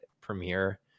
premiere